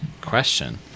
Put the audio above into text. question